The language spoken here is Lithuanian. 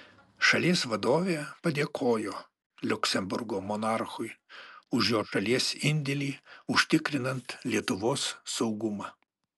šalies vadovė padėkojo liuksemburgo monarchui už jo šalies indėlį užtikrinant lietuvos saugumą